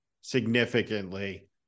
significantly